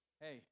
Hey